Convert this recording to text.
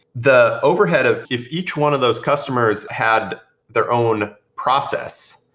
the overhead of, if each one of those customers had their own process,